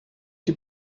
die